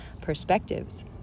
perspectives